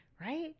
right